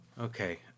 Okay